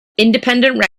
independent